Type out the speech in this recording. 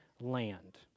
land